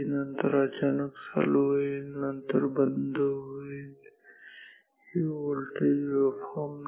नंतर अचानक चालू होईल आणि नंतर बंद होईल ही व्होल्टेज वेव्हफॉर्म नाही